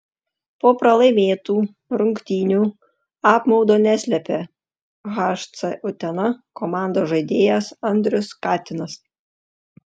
po pralaimėtų rungtynių apmaudo neslėpė hc utena komandos žaidėjas andrius katinas